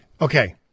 Okay